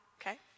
okay